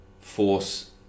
force